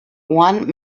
one